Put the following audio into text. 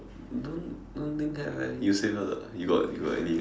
don't don't think have eh you say first ah you got you got any eh